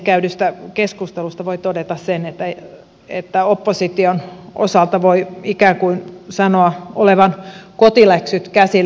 käydystä keskustelusta voi todeta sen että opposition osalta voi ikään kuin sanoa olevan kotiläksyjen käsillä